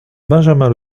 benjamin